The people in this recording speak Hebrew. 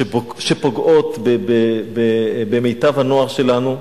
שפוגעות במיטב הנוער שלנו.